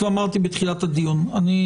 כמו שאמרתי בתחילת הדיון,